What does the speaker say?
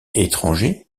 étranger